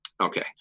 Okay